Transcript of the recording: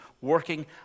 working